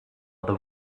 other